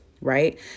Right